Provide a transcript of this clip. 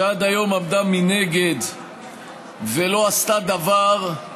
שעד היום עמדה מנגד ולא עשתה דבר,